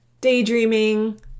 daydreaming